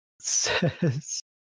says